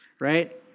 right